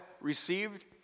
received